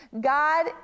God